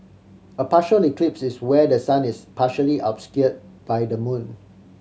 a partial eclipse is where the sun is partially obscure by the moon